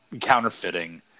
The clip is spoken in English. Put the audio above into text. counterfeiting